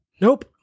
Nope